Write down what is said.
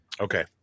Okay